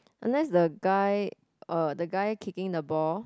unless the guy uh the guy kicking the ball